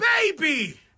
baby